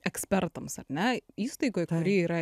ekspertams ar ne įstaigoj kuri yra